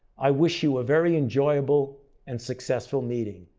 i wish you a very enjoyable and successful meeting.